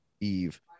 Eve